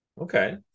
okay